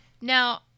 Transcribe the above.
Now